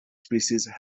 species